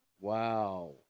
Wow